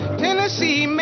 tennessee